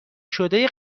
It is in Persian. شده